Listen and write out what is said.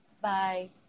bye